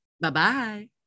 bye-bye